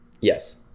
yes